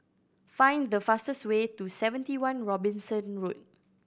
find the fastest way to Seventy One Robinson Road